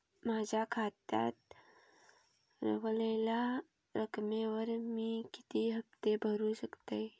माझ्या खात्यात रव्हलेल्या रकमेवर मी किती हफ्ते भरू शकतय?